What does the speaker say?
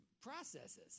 processes